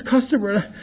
customer